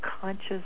conscious